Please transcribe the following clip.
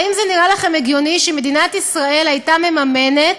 האם זה נראה לכם הגיוני שמדינת ישראל הייתה מממנת